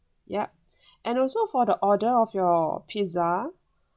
ya and also for the order of your pizza